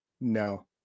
no